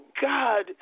God